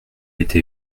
été